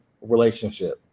relationship